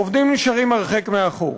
העובדים נשארים הרחק מאחור.